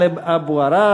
חבר הכנסת טלב אבו עראר,